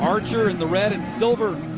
archer in the red and silver.